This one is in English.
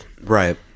Right